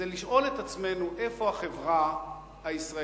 זה לשאול את עצמנו איפה החברה הישראלית